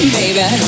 baby